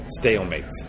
stalemates